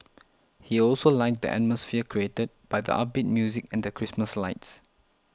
he also liked the atmosphere created by the upbeat music and the Christmas lights